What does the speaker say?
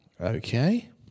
Okay